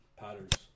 patterns